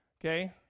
okay